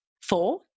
Four